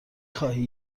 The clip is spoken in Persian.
خواهی